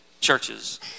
churches